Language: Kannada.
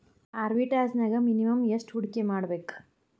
ಆರ್ಬಿಟ್ರೆಜ್ನ್ಯಾಗ್ ಮಿನಿಮಮ್ ಯೆಷ್ಟ್ ಹೂಡ್ಕಿಮಾಡ್ಬೇಕ್?